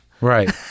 right